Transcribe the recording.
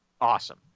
awesome